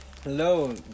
Hello